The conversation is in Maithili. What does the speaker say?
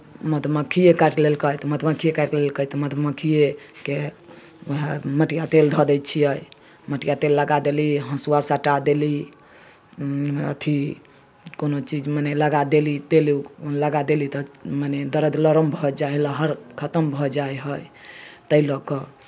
मधुमक्खिए काटि लेलकै तऽ मधुमक्खिए काटि लेलकै तऽ मधुमक्खिएके उएह मटिया तेल धऽ दै छियै मटिया तेल लगा देली हँसुआ सटा देली अथी कोनो चीजमे नहि लगा देली तेले लगा देली तऽ मने दरद लरम भऽ जाइ लहर खतम भऽ जाइ हइ ताहि लऽ कऽ